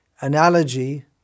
analogy